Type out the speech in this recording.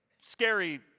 Scary